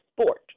sport